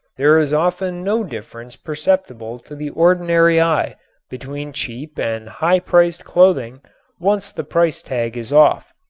there is often no difference perceptible to the ordinary eye between cheap and high-priced clothing once the price tag is off.